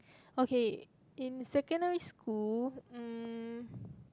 okay in secondary school mm